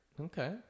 Okay